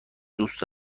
دوست